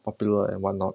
popular and what not